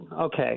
okay